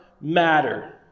matter